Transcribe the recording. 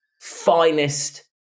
finest